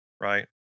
right